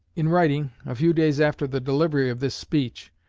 in writing, a few days after the delivery of this speech,